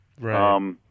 Right